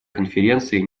конференции